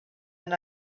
and